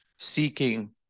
seeking